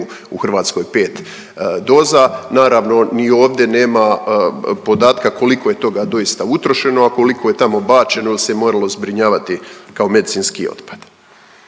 u Hrvatskoj 5 doza, naravno ni ovdje nema podatka koliko je toga doista utrošeno, a koliko je tamo bačeno jel se moralo zbrinjavati kao medicinski otpad.